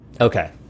Okay